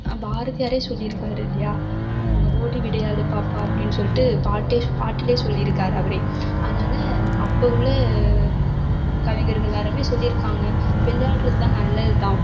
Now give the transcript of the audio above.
பாரதியாரே சொல்லி இருக்கார் இல்லையா ஓடி விளையாடு பாப்பா அப்படின்னு சொல்லிட்டு பாட்டே பாட்டிலே சொல்லி இருக்கார் அவரே அதனால அப்போ உள்ள கவிஞர்கள் எல்லோருமே சொல்லியிருக்காங்க விளையாடுறதுலாம் நல்லது தான்